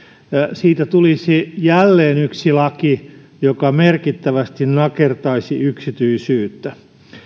siitä tulisi jälleen yksi laki joka merkittävästi nakertaisi yksityisyyttä